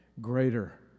greater